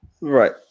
Right